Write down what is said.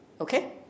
Okay